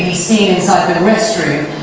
seeing inside with a restroom.